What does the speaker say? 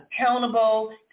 accountable